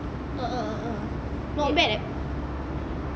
a'ah a'ah not bad eh